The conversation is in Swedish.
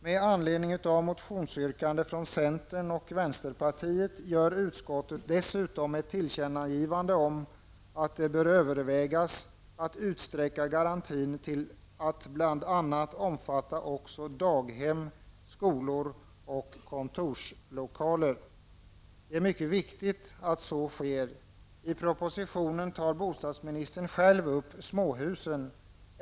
Med anledning av motionsyrkande från centern och vänsterpartiet gör utskottet dessutom ett tillkännagivande om att det bör övervägas att utsträcka garantin till att bl.a. omfatta också daghem, skolor och kontorslokaler. Det är mycket viktigt att så sker. I propositionen tar bostadsministern själv upp frågan om småhusen.